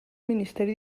ministeri